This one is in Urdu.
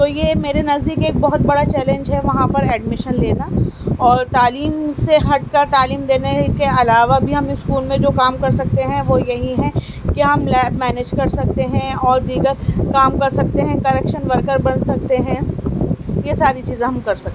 تو یہ میرے نزدیک ایک بہت بڑا چیلینج ہے وہاں پر ایڈمیشن لینا اور تعلیم سے ہٹ کر تعلیم دینے کے علاوہ بھی ہم اسکول میں جو کام کر سکتے ہیں وہ یہی ہیں کہ ہم لیب مینیج کر سکتے ہیں اور دیگر کام کر سکتے ہیں کریکشن ورکر بن سکتے ہیں یہ ساری چیزیں ہم کر سکتے ہیں